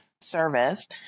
Service